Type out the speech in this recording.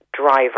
driver